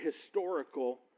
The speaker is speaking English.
historical